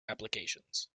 applications